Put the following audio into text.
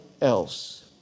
else